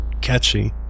catchy